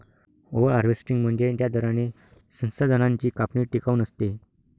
over harvesting म्हणजे ज्या दराने संसाधनांची कापणी टिकाऊ नसते